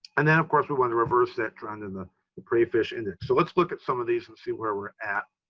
and then of course, we wanted to reverse that trend in the prey fish index. so let's look at some of these and see where we're at.